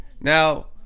Now